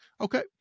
Okay